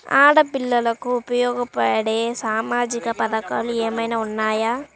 ఆడపిల్లలకు ఉపయోగపడే సామాజిక పథకాలు ఏమైనా ఉన్నాయా?